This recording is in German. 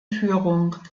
führung